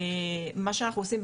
מה שאנחנו עושים,